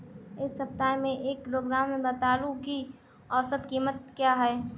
इस सप्ताह में एक किलोग्राम रतालू की औसत कीमत क्या है?